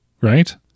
right